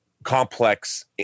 complex